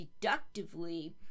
deductively